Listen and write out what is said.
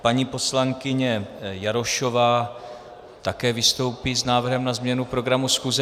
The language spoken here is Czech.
Paní poslankyně Jarošová také vystoupí s návrhem na změnu programu schůze.